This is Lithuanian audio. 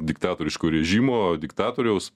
diktatoriško režimo diktatoriaus